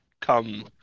come